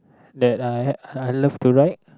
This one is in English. that I l~ I love to ride